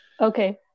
Okay